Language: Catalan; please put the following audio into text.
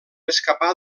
escapar